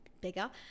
bigger